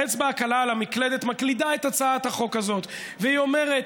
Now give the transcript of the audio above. האצבע הקלה על המקלדת מקלידה את הצעת החוק הזאת והיא אומרת,